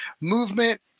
movement